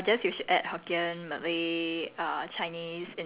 ya hi person who listens to this uh